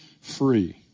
free